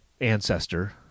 ancestor